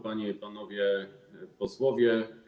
Panie i Panowie Posłowie!